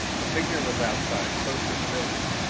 a figure was outside, close to the building!